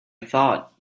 thought